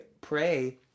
pray